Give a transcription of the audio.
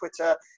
Twitter